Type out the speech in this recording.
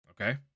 Okay